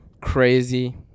crazy